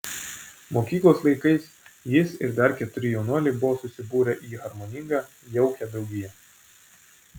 mokyklos laikais jis ir dar keturi jaunuoliai buvo susibūrę į harmoningą jaukią draugiją